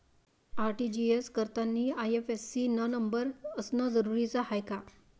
RTGS करतांनी IFSC न number असनं जरुरीच हाय का?